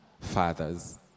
fathers